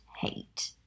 hate